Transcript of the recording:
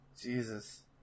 Jesus